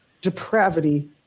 depravity